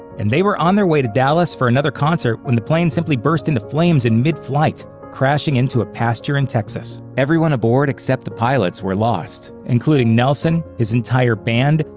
and they were on their way to dallas for another concert when the plane simply burst into flames in mid-flight, crashing into a pasture in texas. everyone aboard except the pilots was lost, including nelson, his entire band,